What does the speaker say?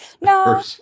No